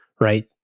right